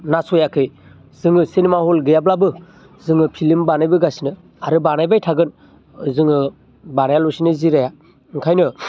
नासयाखै जोङो cinema hall गैयाब्लाबो जोङो फिलम बानायबोगासिनो आरो बानायबाय थागोन जोङो बानाया लासिनो जिराया ओंखायनो